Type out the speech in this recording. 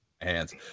hands